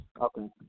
Okay